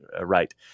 right